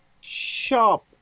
sharp